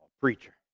Preacher